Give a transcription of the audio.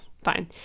Fine